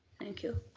thank you.